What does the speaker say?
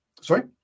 Sorry